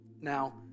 now